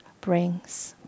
brings